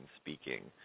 speaking